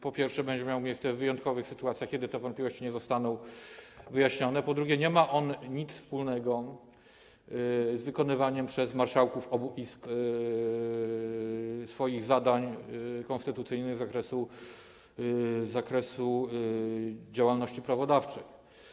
Po pierwsze będzie miało to miejsce w wyjątkowych sytuacjach, kiedy to wątpliwości nie zostaną wyjaśnione, po drugie, nie ma to nic wspólnego z wykonywaniem przez marszałków obu izb swoich zadań konstytucyjnych z zakresu działalności prawodawczej.